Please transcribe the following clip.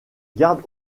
garde